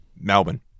Melbourne